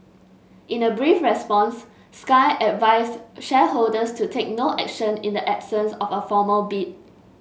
in a brief response Sky advised shareholders to take no action in the absence of a formal bid